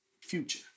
future